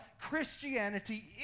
Christianity